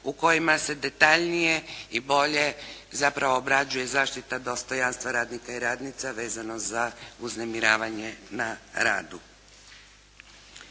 u kojima se detaljnije i bolje zapravo obrađuje zaštita dostojanstva radnika i radnica vezano za uznemiravanje na radu.